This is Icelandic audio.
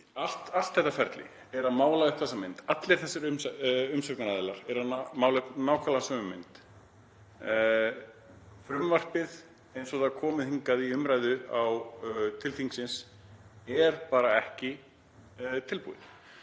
Allt þetta ferli er að mála upp þessa mynd. Allir þessir umsagnaraðilar eru að mála upp nákvæmlega sömu mynd. Frumvarpið eins og það er komið hingað í umræðu til þingsins er bara ekki tilbúið.